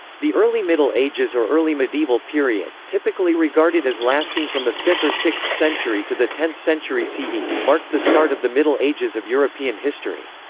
the early middle ages or early medieval period, typically regarded as lasting from the fifth or sixth century to the tenth century ce, marked the start of the middle ages of european history.